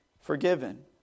forgiven